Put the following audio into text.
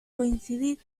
coincidir